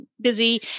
busy